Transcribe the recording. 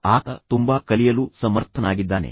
ಆತ ತುಂಬಾ ಕಲಿಯಲು ಸಮರ್ಥನಾಗಿದ್ದಾನೆ